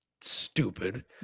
Stupid